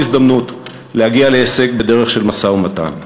הזדמנות להגיע להישג בדרך של משא-ומתן.